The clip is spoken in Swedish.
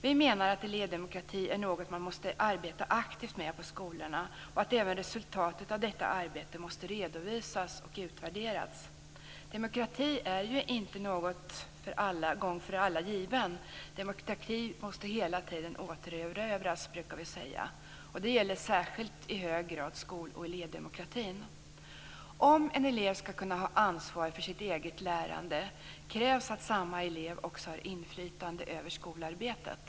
Vi menar att elevdemokrati är något som man aktivt måste arbeta med ute på skolorna och att även resultatet av detta arbete måste redovisas och utvärderas. Demokrati är ju inte något som en gång för alla är givet, utan demokratin måste hela tiden återerövras, brukar vi säga. Det gäller i särskilt hög grad skol och elevdemokratin. För att en elev skall kunna ha ansvar för sitt eget lärande krävs det att samma elev också har inflytande över skolarbetet.